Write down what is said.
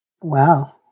Wow